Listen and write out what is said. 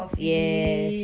yes